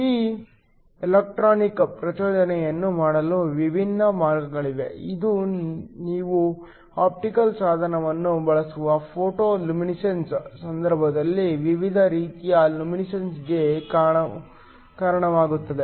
ಈ ಎಲೆಕ್ಟ್ರಾನಿಕ್ ಪ್ರಚೋದನೆಯನ್ನು ಮಾಡಲು ವಿಭಿನ್ನ ಮಾರ್ಗಗಳಿವೆ ಇದು ನೀವು ಆಪ್ಟಿಕಲ್ ಸಾಧನವನ್ನು ಬಳಸುವ ಫೋಟೋ ಲುಮಿನಿಸೆನ್ಸ್ ಸಂದರ್ಭದಲ್ಲಿ ವಿವಿಧ ರೀತಿಯ ಲುಮಿನಿಸೆನ್ಸ್ಗೆ ಕಾರಣವಾಗುತ್ತದೆ